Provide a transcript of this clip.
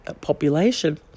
population